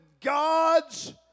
God's